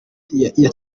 yatowe